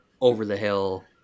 over-the-hill